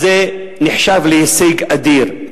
אז זה נחשב להישג אדיר.